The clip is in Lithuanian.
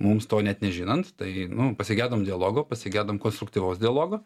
mums to net nežinant tai nu pasigedom dialogo pasigedom konstruktyvaus dialogo